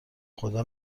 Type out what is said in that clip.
خدا